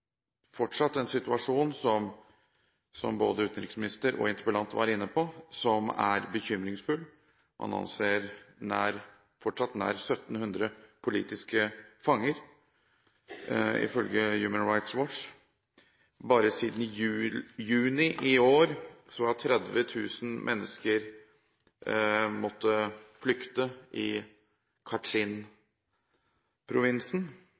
fortsatt en situasjon, som både utenriksministeren og interpellanten var inne på, som er bekymringsfull. Man har fortsatt nær 1 700 politiske fanger, ifølge Human Rights Watch. Bare siden juni i år har 30 000 mennesker måttet flykte i